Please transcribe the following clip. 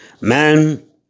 Man